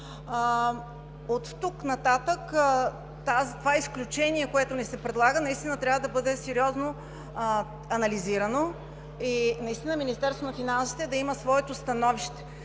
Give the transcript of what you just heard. Оттук нататък това изключение, което ни се предлага, наистина трябва да бъде сериозно анализирано и Министерството на финансите да има своето становище,